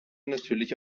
natürlich